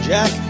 Jack